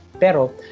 Pero